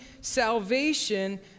salvation